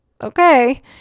okay